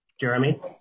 Jeremy